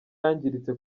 yangiritse